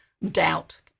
doubt